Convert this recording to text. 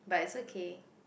but it's okay